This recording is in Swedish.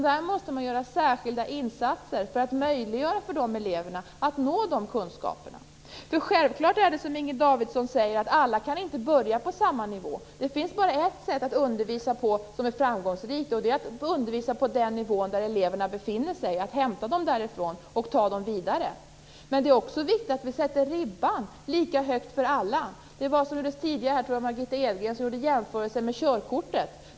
Där måste man göra särskilda insatser för att möjliggöra för dessa elever att nå kunskaperna. Självklart är det som Inger Davidson säger - alla kan inte börja på samma nivå. Det finns bara ett sätt att undervisa på som är framgångsrikt, och det är att undervisa på den nivå där eleverna befinner sig, att hämta dem därifrån och ta dem vidare. Men det är också viktigt att vi sätter ribban lika högt för alla. Jag tror det var Margitta Edgren som gjorde en jämförelse med körkortet.